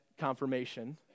Confirmation